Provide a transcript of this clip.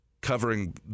covering